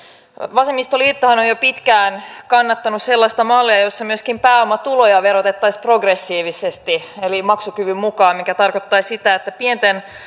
vasemmistoliittohan on on jo pitkään kannattanut sellaista mallia jossa myöskin pääomatuloja verotettaisiin progressiivisesti eli maksukyvyn mukaan mikä tarkoittaisi sitä että pienten